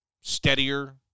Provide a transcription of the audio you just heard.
steadier